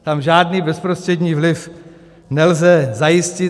Tam žádný bezprostřední vliv nelze zajistit.